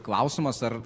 klausimas ar